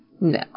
No